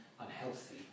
unhealthy